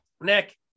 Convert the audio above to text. Nick